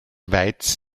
weiz